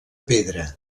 pedra